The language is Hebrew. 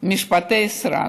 אלה משפטי סרק.